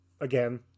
Again